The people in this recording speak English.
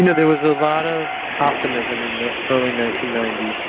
and there was a lot of optimism in the early nineteen ninety s.